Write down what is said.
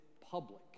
public